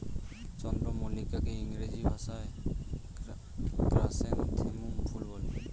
চন্দ্রমল্লিকাকে ইংরেজি ভাষায় ক্র্যাসনথেমুম ফুল বলে